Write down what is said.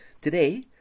Today